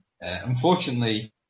unfortunately